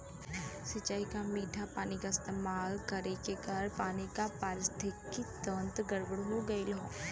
सिंचाई में मीठा पानी क इस्तेमाल करे के कारण पानी क पारिस्थितिकि तंत्र गड़बड़ हो गयल हौ